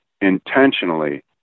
intentionally